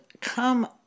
come